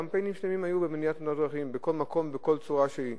קמפיינים שלמים היו על מניעת תאונות דרכים בכל מקום ובכל צורה שהיא.